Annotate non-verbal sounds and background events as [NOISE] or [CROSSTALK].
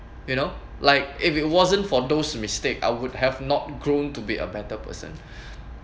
you know like if it wasn't for those mistake I would have not grown to be a better person [BREATH]